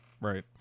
right